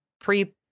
pre